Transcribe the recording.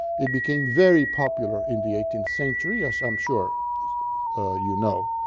it became very popular in the eighteenth century, as i'm sure you know,